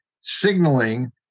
signaling